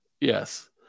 Yes